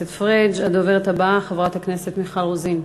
הדוברת הבאה, חברת הכנסת מיכל רוזין.